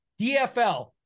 dfl